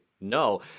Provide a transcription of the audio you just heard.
no